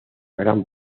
gran